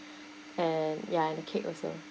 and ya and the cake also